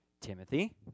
Timothy